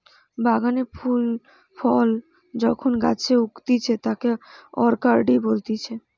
বাগানে ফুল ফল যখন গাছে উগতিচে তাকে অরকার্ডই বলতিছে